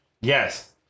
Yes